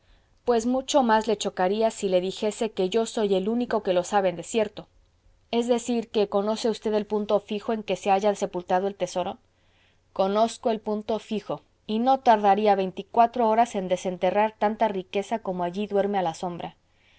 pues mucho más le chocaría si le dijese que soy yo el único que lo sabe de cierto es decir que conoce usted el punto fijo en que se halla sepultado el tesoro conozco el punto fijo y no tardaría veinticuatro horas en desenterrar tanta riqueza como allí duerme a la sombra